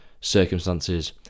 circumstances